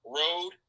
road